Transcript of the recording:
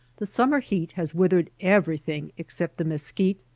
the summer heat has withered everything except the mesquite,